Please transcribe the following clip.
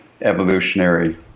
evolutionary